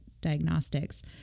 diagnostics